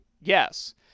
Yes